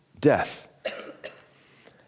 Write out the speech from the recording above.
death